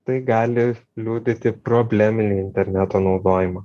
tai gali liudyti probleminį interneto naudojimą